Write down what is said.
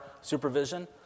supervision